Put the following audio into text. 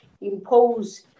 impose